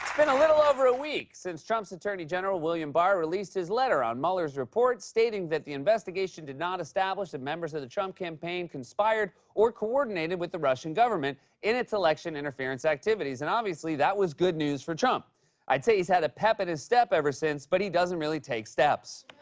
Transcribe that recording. been a little over a week since trump's attorney general william barr released his letter on mueller's report, stating that the investigation did not establish that members of the trump campaign conspired or coordinated with the russian government in its election-interference activities. and, obviously, that was good news for trump. i'd say he's had a pep in his step ever since, but he doesn't really take steps.